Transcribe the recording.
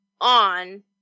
on